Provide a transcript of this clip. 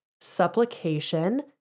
supplication